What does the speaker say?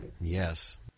Yes